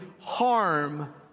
harm